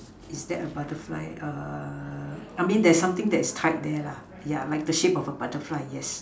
is there a butterfly err I mean there is something that is tied there lah yeah like the shape of a butterfly yes